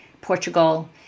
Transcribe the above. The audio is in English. Portugal